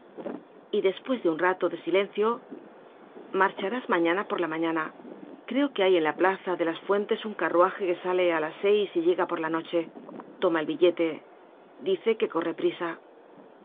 y despues de un rato de silencio marcharás mañana por la mañana creo que hay en la plaza de las fuentes un carruaje que sale á las seis y llega por la noche toma el billete dice que corre prisa